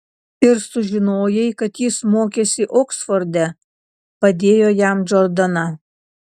ir sužinojai kad jis mokėsi oksforde padėjo jam džordana